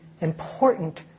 important